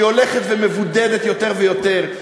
שהיא הולכת ונעשית מבודדת יותר ויותר,